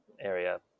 area